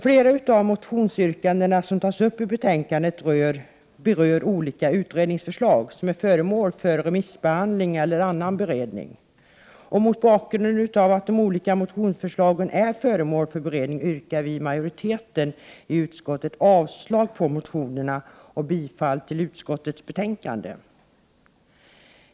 Flera av de motionsyrkanden som tas upp i betänkandet berör olika utredningsförslag som är föremål för remissbehandling eller annan beredning. Mot bakgrund av att de olika motionsförslagen är föremål för beredning yrkar majoriteten i utskottet avslag på motionerna och bifall till utskottets hemställan.